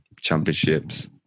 championships